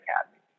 Academy